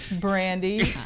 Brandy